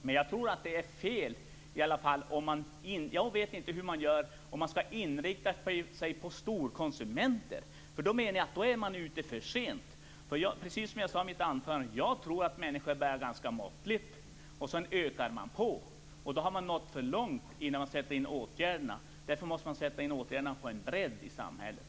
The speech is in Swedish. Men jag vet inte hur man skall göra om man inriktar sig på storkonsumenter. Då är man, menar jag, ute för sent. Precis som jag sade i mitt anförande tror jag att människor börjar ganska måttligt. Sedan ökar de på. Då har det gått för långt innan åtgärderna sätts in. Därför måste man sätta in åtgärderna på en bredd i samhället.